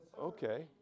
Okay